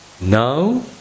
Now